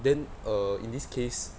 then err in this case